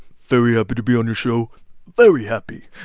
very happy to be on your show very happy.